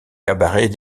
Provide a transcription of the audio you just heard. cabaret